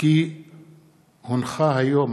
כי הונחו היום